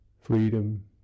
freedom